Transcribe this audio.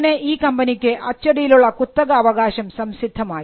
അങ്ങനെ ഈ കമ്പനിക്ക് അച്ചടിയിലിള്ള കുത്തകാവകാശം സംസിദ്ധമായി